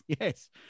Yes